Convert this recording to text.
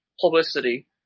publicity